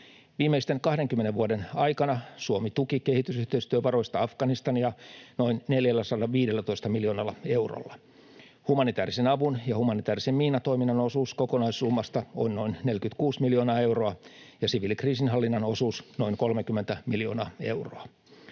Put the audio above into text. Viimeisten 20 vuoden aikana Suomi tuki kehitysyhteistyövaroista Afganistania noin 415 miljoonalla eurolla. Humanitäärisen avun ja humanitäärisen miinatoiminnan osuus kokonaissummasta on noin 46 miljoonaa euroa ja siviilikriisinhallinnan osuus noin 30 miljoonaa euroa.